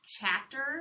chapter